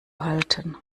halten